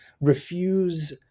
refuse